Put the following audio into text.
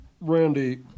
Randy